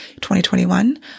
2021